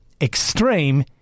extreme